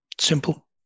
Simple